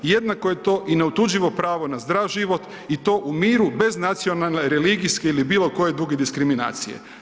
Jednako je to i neotuđivo pravo na zdrav život i to u miru bez nacionalne religijske ili bilo koje druge diskriminacije.